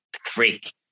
freak